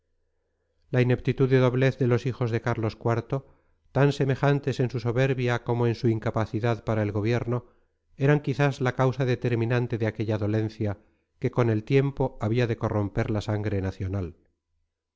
la ineptitud y doblez de los hijos de carlos iv tan semejantes en su soberbia como en su incapacidad para el gobierno eran quizás la causa determinante de aquella dolencia que con el tiempo había de corromper la sangre nacional